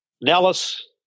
Nellis